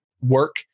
work